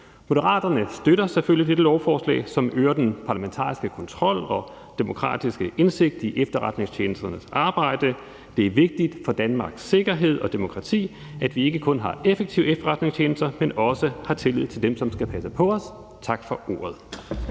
Moderaterne støtter selvfølgelig dette lovforslag, som øger den parlamentariske kontrol og demokratiske indsigt i efterretningstjenesternes arbejde. Det er vigtigt for Danmarks sikkerhed og demokrati, at vi ikke kun har effektive efterretningstjenester, men også har tillid til dem, som skal passe på os. Tak for ordet.